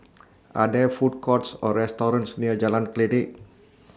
Are There Food Courts Or restaurants near Jalan Kledek